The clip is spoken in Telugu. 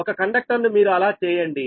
ఒక కండక్టర్ను మీరు అలా చేయండి